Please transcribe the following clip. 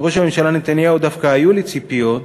מראש הממשלה נתניהו דווקא היו לי ציפיות,